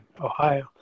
Ohio